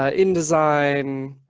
ah indesign.